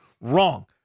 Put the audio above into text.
wrong